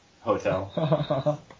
hotel